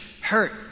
hurt